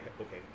okay